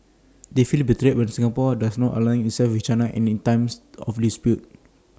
they feel betrayed when Singapore does not align itself with China in times of dispute